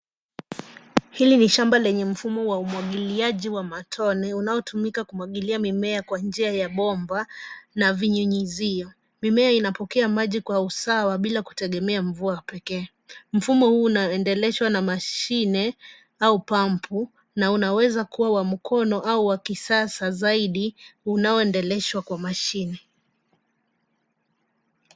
Hili ni shamba lenye mfumo wa umwagiliaji wa matone unaotumika kumwagilia mimea kwa njia ya bomba na vinyunyizio , mimea inapokea maji kwa usawa bila kutegemea mvua pekee. Mfumo huu unaendeleshwa na mashine au pampu na unaweza kuwa wa mkono au wakisasa zaidi unaoendeleshwa kwa mashine.